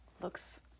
Looks